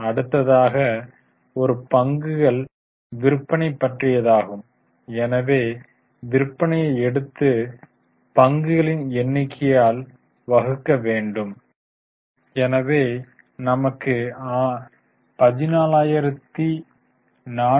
அடுத்ததாக ஒரு பங்குகள் விற்பனை பற்றியதாகும் எனவே விற்பனையை எடுத்து பங்குகளின் எண்ணிக்கையால் வகுக்க வேண்டும் எனவே நமக்கு 14477